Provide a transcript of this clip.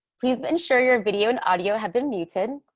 please but ensure your video and audio have been muted,